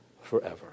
forever